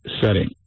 setting